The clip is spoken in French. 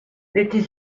l’été